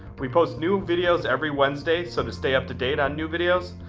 we post new videos every wednesday. so to stay up to date on new videos,